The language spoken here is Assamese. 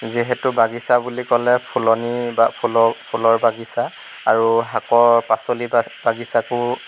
যিহেতু বাগিছা বুলি ক'লে ফুলনি বা ফুল ফুলৰ বাগিছা আৰু শাকৰ পাচলি বাগিছাকো